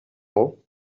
all